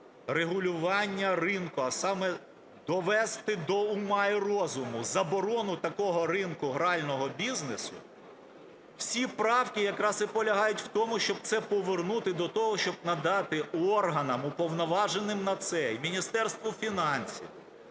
регулювання ринку, а саме довести до ума і розуму заборону такого ринку грального бізнесу, всі правки якраз і полягають в тому, щоб це повернути до того, щоб надати органам, уповноваженим на це, і Міністерству фінансів,